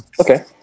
Okay